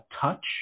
touch